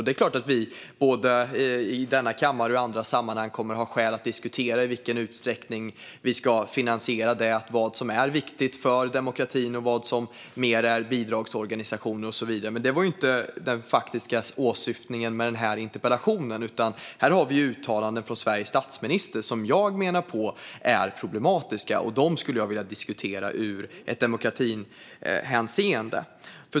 Det är klart att vi både i denna kammare och i andra sammanhang kommer att ha skäl att diskutera i vilken utsträckning vi ska finansiera civilsamhället, vad som är viktigt för demokratin och vad som är mer av bidragsorganisationer och så vidare. Men det var inte det faktiska syftet med interpellationen. Här har vi uttalanden från Sveriges statsminister som jag menar är problematiska. Dem skulle jag vilja diskutera i demokratihänseende.